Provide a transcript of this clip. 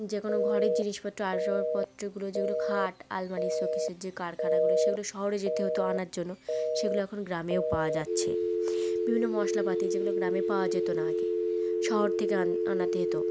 যে কোনো ঘরের জিনিসপত্র আসবাপত্রগুলো যেগুলো খাট আলমারি শোকেসের যে কারখানাগুলো সেগুলো শহরে যেতে হতো আনার জন্য সেগুলো এখন গ্রামেও পাওয়া যাচ্ছে বিভিন্ন মশলাপাতি যেগুলো গ্রামে পাওয়া যেত না আগে শহর থেকে আনাতে হতো